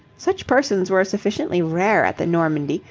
such persons were sufficiently rare at the normandie,